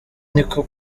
niko